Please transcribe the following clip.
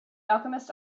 alchemist